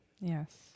Yes